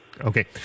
Okay